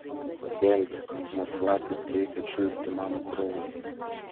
gelbėk nes blakės baigia čiulpti mano kraują